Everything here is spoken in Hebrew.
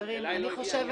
אליי לא הגיע.